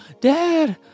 Dad